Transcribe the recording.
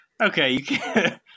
Okay